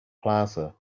plaza